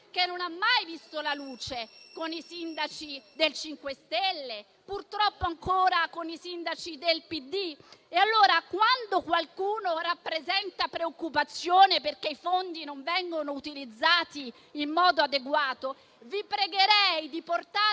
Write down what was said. che non ha mai visto la luce con i sindaci del MoVimento 5 Stelle e purtroppo ancora con i sindaci del PD. E allora, quando qualcuno di voi rappresenta preoccupazione perché i fondi non vengono utilizzati in modo adeguato, lo pregherei di portare